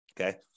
Okay